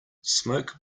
smoke